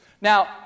Now